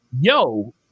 yo